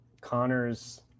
connor's